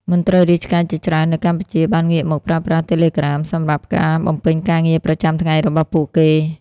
មន្ត្រីរាជការជាច្រើននៅកម្ពុជាបានងាកមកប្រើប្រាស់ Telegram សម្រាប់ការបំពេញការងារប្រចាំថ្ងៃរបស់ពួកគេ។